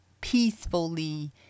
peacefully